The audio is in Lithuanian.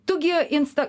tu gi insta